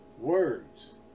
words